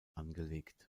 angelegt